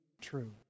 true